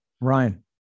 Ryan